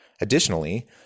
Additionally